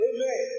Amen